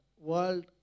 world